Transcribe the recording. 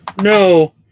no